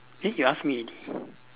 eh you ask me